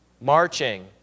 marching